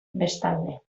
bestalde